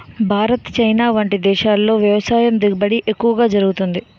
Bharat, China వంటి దేశాల్లో వ్యవసాయ దిగుబడి ఎక్కువ జరుగుతుంది